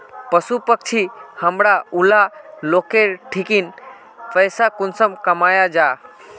पशु पक्षी हमरा ऊला लोकेर ठिकिन पैसा कुंसम कमाया जा?